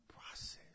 process